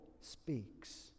speaks